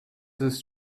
ist